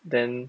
then